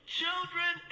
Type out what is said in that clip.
children